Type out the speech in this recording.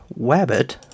Wabbit